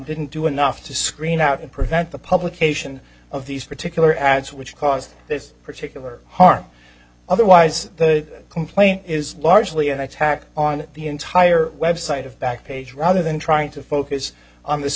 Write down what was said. didn't do enough to screen out and prevent the publication of these particular ads which caused this particular harm otherwise the complaint is largely i tacked on the entire website of back page rather than trying to focus on this